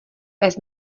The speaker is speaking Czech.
pes